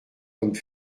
comme